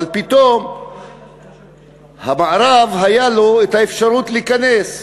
אבל פתאום המערב, הייתה לו אפשרות להיכנס ולהשמיד,